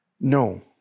No